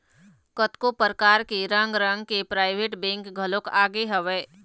कतको परकार के रंग रंग के पराइवेंट बेंक घलोक आगे हवय